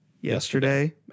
Yesterday